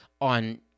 on